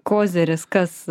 koziris kas